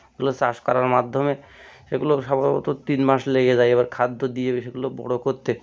এগুলো চাষ করার মাধ্যমে এগুলো স্বভাবত তিন মাস লেগে যায় এবার খাদ্য দিয়ে বেশ এগুলো বড় করতে